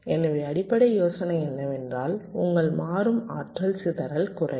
எனவே அடிப்படை யோசனை என்னவென்றால் உங்கள் மாறும் ஆற்றல் சிதறல் குறையும்